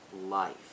life